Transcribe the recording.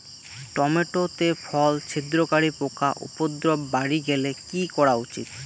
Tomato তে ফল ছিদ্রকারী পোকা উপদ্রব বাড়ি গেলে কি করা উচিৎ?